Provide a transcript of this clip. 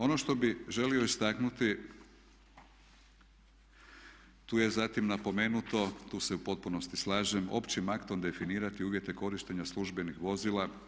Ono što bih želio istaknuti tu je zatim napomenuto, tu se u potpunosti slažem općim aktom definirati uvjete korištenja službenih vozila.